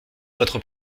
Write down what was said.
votre